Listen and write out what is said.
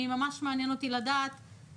ממש מעניין אותי לדעת,